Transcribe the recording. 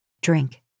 Drink